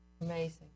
Amazing